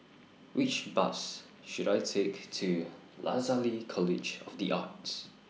Which Bus should I Take to Lasalle College of The Arts